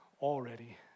already